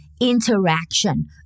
Interaction